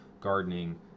gardening